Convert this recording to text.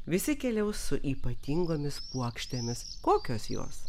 visi keliaus su ypatingomis puokštėmis kokios jos